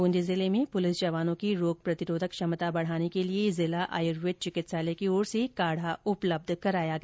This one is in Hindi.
ब्रंदी जिले में पुलिस जवानों की रोगप्रतिरोधक क्षमता बढ़ाने के लिए जिला आयुर्वेद चिकित्सालय की ओर से काढ़ा उपलब्ध कराया गया